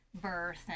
birth